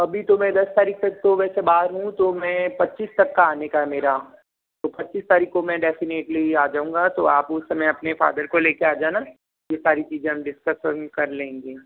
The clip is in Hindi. अभी तो मैं दस तारीख तक तो वैसे बाहर हूँ तो मैं पच्चीस तक का आने का है मेरा तो पच्चीस तारीख को मैं डेफिनेटली आ जाऊंगा तो आप उस समय अपने फादर को लेके आ जाना ये सारी चीज़ें हम डिस्कस कर लेंगे